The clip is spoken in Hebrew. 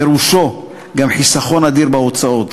פירושו גם חיסכון אדיר בהוצאות.